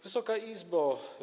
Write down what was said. Wysoka Izbo!